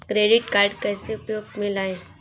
Credit card कैसे उपयोग में लाएँ?